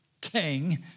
king